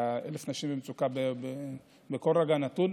1,000 נשים במצוקה בכל רגע נתון,